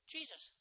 Jesus